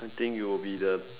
I think it will be the